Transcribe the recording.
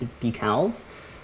decals